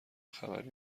خبری